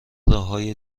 راههای